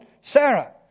Sarah